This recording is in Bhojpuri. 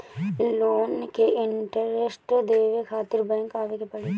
लोन के इन्टरेस्ट देवे खातिर बैंक आवे के पड़ी?